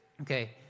okay